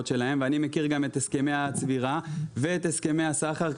שלהם ואני מכיר גם את הסכמי הצבירה ואת הסכמי הסחר,